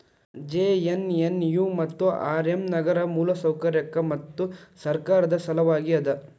JNNU ಮತ್ತು RM ನಗರ ಮೂಲಸೌಕರ್ಯಕ್ಕ ಮತ್ತು ಸರ್ಕಾರದ್ ಸಲವಾಗಿ ಅದ